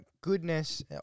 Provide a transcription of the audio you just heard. goodness